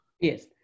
Yes